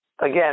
again